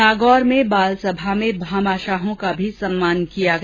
नागौर में बालसभा में भामाशाहों का सम्मान भी किया गया